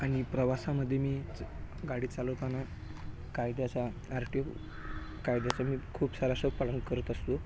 आणि प्रवासामध्ये मीच गाडी चालवताना कायद्याचा आर टी ओ कायद्याचा मी खूप सारा सोब पालन करत असतो